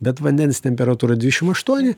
bet vandens temperatūra dvišim aštuoni